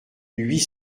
huit